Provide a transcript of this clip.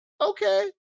okay